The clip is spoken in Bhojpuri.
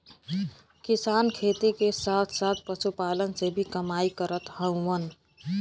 किसान खेती के साथ साथ पशुपालन से भी कमाई करत हउवन